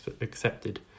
accepted